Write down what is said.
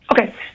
Okay